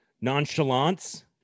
Nonchalance